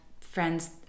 friends